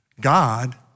God